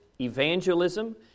evangelism